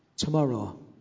tomorrow